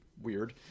weird